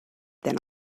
than